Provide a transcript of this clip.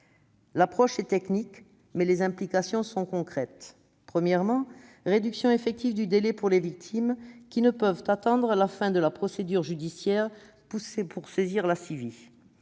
L'approche est technique, mais les implications sont concrètes. Tout d'abord, la réduction effective du délai pour les victimes, qui ne peuvent attendre la fin de la procédure judiciaire pour saisir la CIVI,